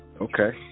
okay